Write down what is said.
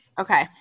Okay